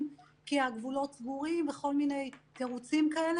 כי הגבולות סגורים וכל מיני תירוצים כאלה.